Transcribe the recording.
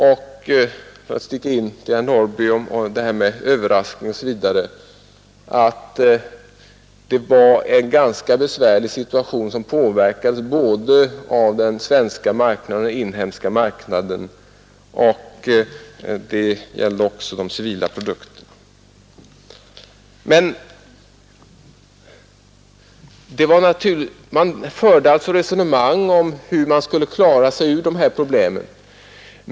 Får jag inskjuta till herr Norrby beträffande det här med överraskning osv., att det var en ganska besvärlig situation, som påverkades av både den svenska marknaden och den utländska marknaden och att detta gällde även de civila produkterna. Man förde alltså resonemang om hur man skulle klara sig ur dessa problem.